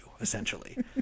essentially